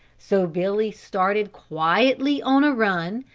so billy started quietly on a run,